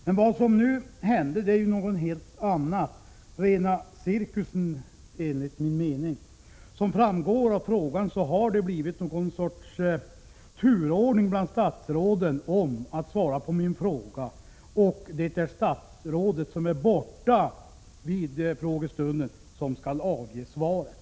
Det som föranledde min fråga handlar om en helt annan sak — rena cirkusen enligt min mening. Som framgår av frågan har det blivit någon sorts turordning bland statsråden då det gäller att svara på min fråga — det är det statsråd som är borta vid frågestunden som skall avge svaret.